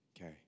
Okay